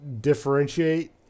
differentiate